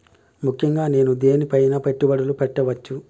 ముఖ్యంగా నేను దేని పైనా పెట్టుబడులు పెట్టవచ్చు?